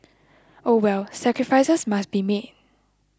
oh well sacrifices must be made